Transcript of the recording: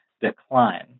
decline